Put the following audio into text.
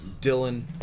Dylan